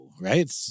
Right